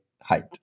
height